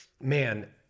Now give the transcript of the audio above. man